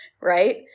right